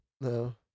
no